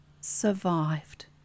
survived